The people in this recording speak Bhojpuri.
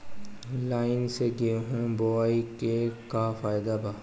लाईन से गेहूं बोआई के का फायदा बा?